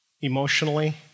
Emotionally